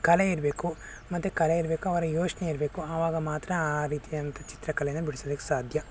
ಕಲೆ ಇರಬೇಕು ಮತ್ತು ಕಲೆ ಇರಬೇಕು ಅವರಿಗೆ ಯೋಚನೆ ಇರಬೇಕು ಆವಾಗ ಮಾತ್ರ ಆ ರೀತಿಯಾದಂಥ ಚಿತ್ರಕಲೆನ ಬಿಡ್ಸೋದಕ್ಕೆ ಸಾಧ್ಯ